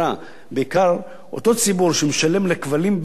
בעיקר אותו ציבור שמשלם לכבלים בלי לצייץ,